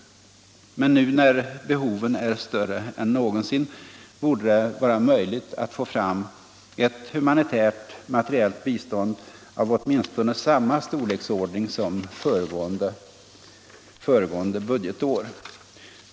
Men nu när behovet är större än någonsin borde det vara möjligt att få fram ett humanitärt materiellt bistånd av åtminstone samma storlek som föregående budgetår.